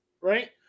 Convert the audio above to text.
right